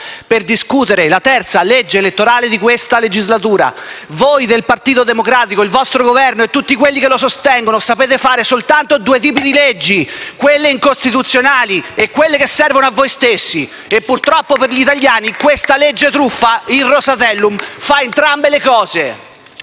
per discutere la terza legge elettorale di questa legislatura. Voi del Partito Democratico, il vostro Governo e tutti quelli che lo sostengono sapete fare soltanto due tipi di leggi: quelle incostituzionali e quelle che servono a voi stessi. *(Applausi dal Gruppo M5S)*. Purtroppo per gli italiani, questa legge truffa, il Rosatellum, fa entrambe le cose.